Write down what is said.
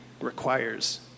requires